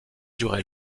duré